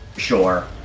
sure